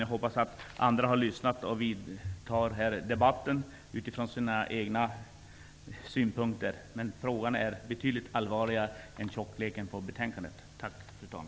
Jag hoppas att andra har lyssnat och tar över debatten utifrån sina egna synpunkter. Frågan är betydligt allvarligare än vad tjockleken på betänkandet visar.